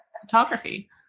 photography